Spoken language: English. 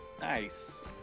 Nice